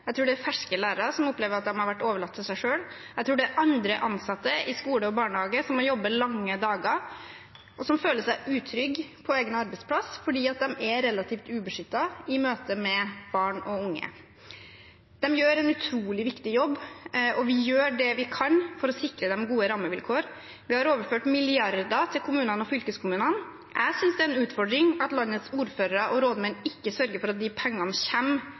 Jeg tror det er ferske lærere som opplever at de har vært overlatt til seg selv. Jeg tror det er andre ansatte i skole og barnehage som må jobbe lange dager, og som føler seg utrygge på egen arbeidsplass fordi de er relativt ubeskyttet i møte med barn og unge. De gjør en utrolig viktig jobb, og vi gjør det vi kan for å sikre dem gode rammevilkår. Vi har overført milliarder til kommunene og fylkeskommunene. Jeg synes det er en utfordring at landets ordførere og rådmenn ikke sørger for at de pengene